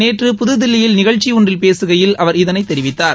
நேற்று புதுதில்லியில் நிகழ்ச்சி ஒன்றில் பேசுகையில் அவர் இதனைத் தெரிவித்தார்